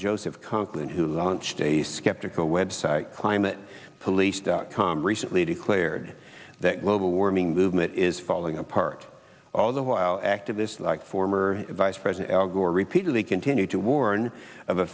conklin who launched a skeptical web site climate police dot com recently declared that global warming movement is falling apart all the while activists like former vice president al gore repeatedly continue to warn of a